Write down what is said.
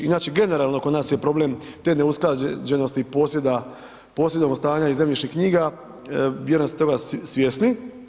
Inače, generalno kod nas je problem te neusklađenosti posjedovnog stanja i zemljišnih knjiga, vjerujem da ste toga svjesni.